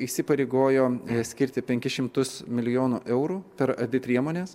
įsipareigojo skirti penkis šimtus milijonų eurų per abi priemones